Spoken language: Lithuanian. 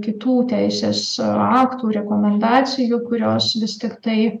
kitų teisės aktų rekomendacijų kurios vis tiktai